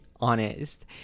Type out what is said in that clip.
honest